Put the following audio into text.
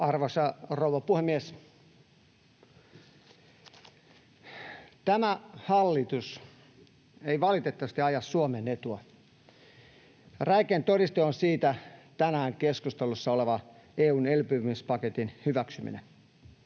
Arvoisa rouva puhemies! Tämä hallitus ei valitettavasti aja Suomen etua. Räikein todiste siitä on tänään keskustelussa olevan EU:n elpymispaketin hyväksyminen.